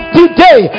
today